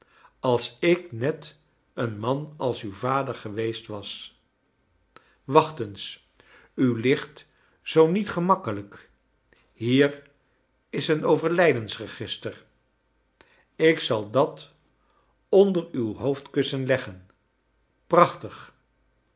als ik net een man als uw vader geweest was wacht eens u ligt zoo niet gemakkelijk hier is een overlijdensregister ik zal dat onder uw hoofdkussen leggen prachtig